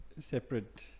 separate